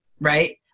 right